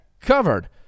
covered